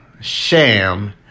sham